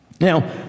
Now